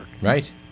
right